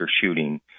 shooting